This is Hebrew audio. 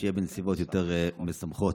ושיהיה בנסיבות יותר משמחות.